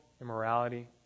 immorality